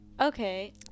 Okay